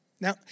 Now